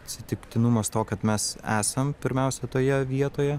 atsitiktinumas to kad mes esam pirmiausia toje vietoje